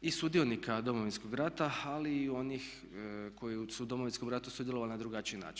i sudionika Domovinskog rata ali i onih koji su u Domovinskom ratu sudjelovali na drugačiji način.